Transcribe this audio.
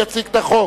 יציג את החוק